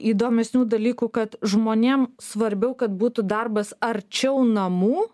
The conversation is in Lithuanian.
įdomesnių dalykų kad žmonėm svarbiau kad būtų darbas arčiau namų